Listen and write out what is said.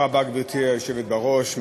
תודה רבה, גברתי היושבת בראש.